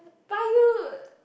tired